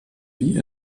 wie